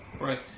Right